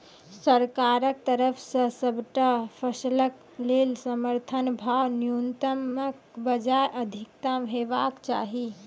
सरकारक तरफ सॅ सबटा फसलक लेल समर्थन भाव न्यूनतमक बजाय अधिकतम हेवाक चाही?